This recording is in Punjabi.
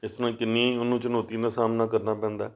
ਇਸ ਨੂੰ ਕਿੰਨੀ ਉਹਨੂੰ ਚੁਣੌਤੀਆਂ ਦਾ ਸਾਹਮਣਾ ਕਰਨਾ ਪੈਂਦਾ